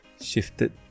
shifted